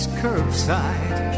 curbside